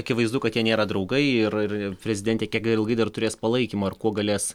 akivaizdu kad jie nėra draugai ir ir prezidentė kiek ilgai dar turės palaikymo ir kuo galės